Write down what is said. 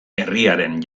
herriaren